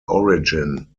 origin